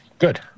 Good